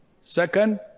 Second